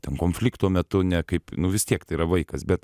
ten konflikto metu nekaip nu vis tiek tai yra vaikas bet